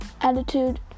attitude